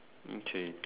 okay